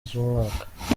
z’umwaka